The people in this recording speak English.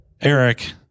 Eric